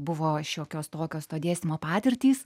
buvo šiokios tokios to dėstymo patirtys